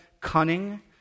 cunning